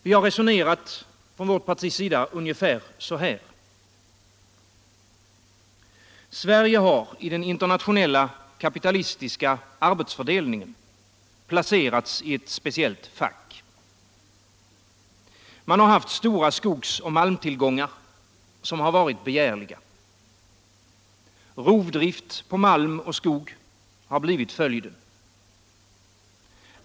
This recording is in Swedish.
Vi har från vårt partis sida resonerat ungefär så här. Sverige har i den internationella kapitalistiska arbetsfördelningen placerats i ett speciellt fack. Man har haft stora skogsoch malmtillgångar, som varit begärliga. Rovdrift på malm och skog har blivit följden.